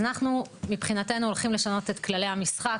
אז אנחנו, מבחינתנו הולכים לשנות את כללי המשחק,